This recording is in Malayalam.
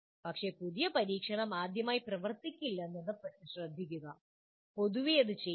പക്ഷേ പുതിയ പരീക്ഷണം ആദ്യമായി പ്രവർത്തിക്കില്ലെന്നത് ശ്രദ്ധിക്കുക പൊതുവേ അത് ചെയ്യില്ല